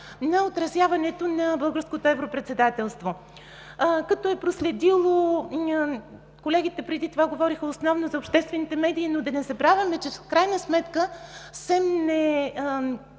на отразяването на Българското европредседателство, като е проследил, колегите преди това говориха основно за обществените медии, но да не забравяме, че в крайна сметка СЕМ не